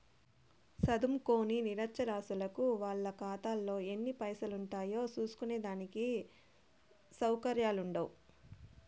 సదుంకోని నిరచ్చరాసులకు వాళ్ళ కాతాలో ఎన్ని పైసలుండాయో సూస్కునే దానికి సవుకర్యాలుండవ్